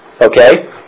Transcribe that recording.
Okay